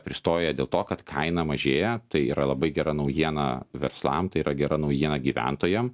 pristoja dėl to kad kaina mažėja tai yra labai gera naujiena verslam tai yra gera naujiena gyventojam